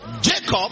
Jacob